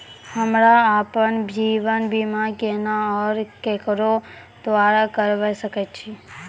हमरा आपन जीवन बीमा केना और केकरो द्वारा करबै सकै छिये?